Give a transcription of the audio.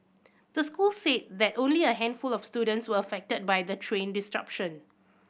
the school said that only a handful of students were affected by the train disruption